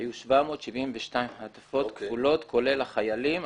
היו 772 מעטפות כפולות כולל החיילים.